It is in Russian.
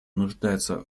нуждается